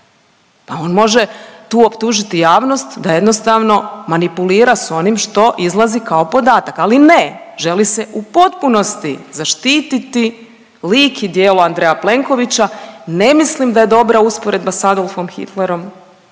Pa on može tu optužiti javnost da jednostavno manipulira s onim što izlazi kao podatak ali ne, želi se u potpunosti zaštititi lik i djelo Andreja Plenković. Ne mislim da je dobra usporedba s Adolfom Hitlerom